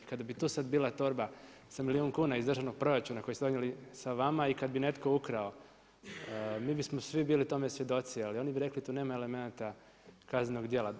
Kada bi tu sad bila torba sa milijun kuna iz državnog proračuna koji ste donijeli sa vama i kad bi netko ukrao mi bismo svi bili tome svjedoci, ali oni bi rekli tu nema elemenata kaznenog djela.